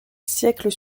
siècles